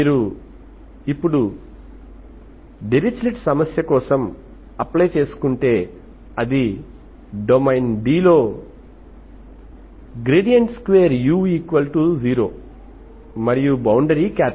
మీరు ఇప్పుడు డిరిచ్లెట్ సమస్య కోసం అప్లై చేసుకుంటే అది డొమైన్ D లో 2u0 మరియు బౌండరీ B